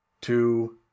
two